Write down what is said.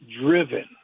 driven